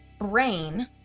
brain